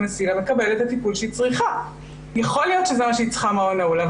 אנחנו עובדים על הקמה של מסגרת של מעון נעול לתחלואה כפולה,